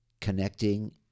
connecting